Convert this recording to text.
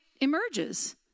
emerges